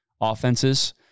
offenses